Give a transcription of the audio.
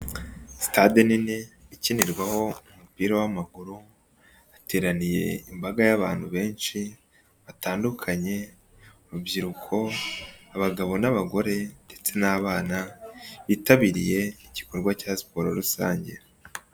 Sitade nini ikinirwaho umupira w'amaguru, hateraniye imbaga y'abantu benshi, batandukanye, urubyiruko, abagabo n'abagore, ndetse n'abana, bitabiriye igikorwa cya siporo rusange.